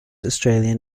australian